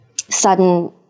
Sudden